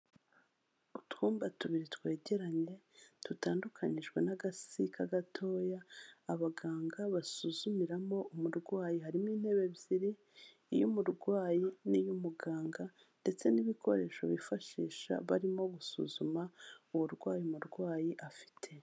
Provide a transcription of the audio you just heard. Utwumba tubiri twegeranye, dutandukanyijwe n'agasika gatoya abaganga basuzumiramo umurwayi, harimo intebe ebyiri iy'umurwayi n'iy'umuganga ndetse n'ibikoresho bifashisha barimo gusuzuma uburwayi umurwayi afite.